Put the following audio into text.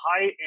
high